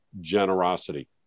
generosity